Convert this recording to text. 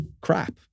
crap